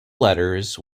letters